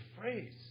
phrase